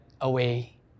away